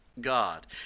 god